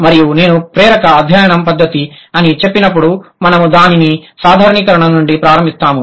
మరియు నేను ప్రేరక అధ్యయనం పద్ధతి అని చెప్పినప్పుడు మనము దానిని సాధారణీకరణ నుండి ప్రారంభిస్తాము